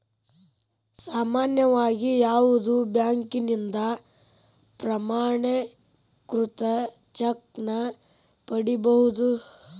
ಸಾಮಾನ್ಯವಾಗಿ ಯಾವುದ ಬ್ಯಾಂಕಿನಿಂದ ಪ್ರಮಾಣೇಕೃತ ಚೆಕ್ ನ ಪಡಿಬಹುದು